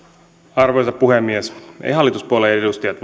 arvoisa puhemies eivät hallituspuolueiden edustajat